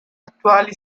attuali